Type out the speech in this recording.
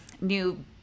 new